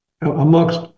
amongst